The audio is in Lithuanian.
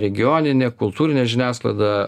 regioninė kultūrinė žiniasklaida